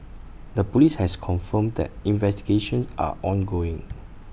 the Police has confirmed that investigations are ongoing